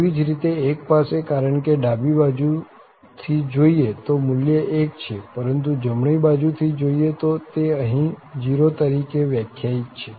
તેવી જ રીતે 1 પાસે કારણ કે ડાબી બાજુ થી જોઈએ તો મુલ્ય 1 છે પરંતુ જમણી બાજુ થી જોઈએ તો તે અહીં 0 તરીકે વ્યાખ્યાયિત છે